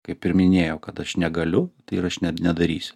kaip ir minėjau kad aš negaliu tai yra aš nedarysiu